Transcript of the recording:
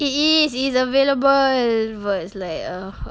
it is it's available but it's like ugh